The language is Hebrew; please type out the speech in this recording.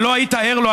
לא היית ער לו,